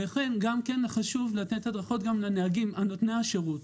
לכן חשוב לתת הדרכות לנהגים נותני השירות.